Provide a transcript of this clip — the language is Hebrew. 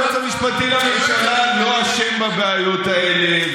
היועץ המשפטי לממשלה לא אשם בבעיות האלה,